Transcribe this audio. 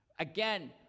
Again